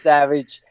Savage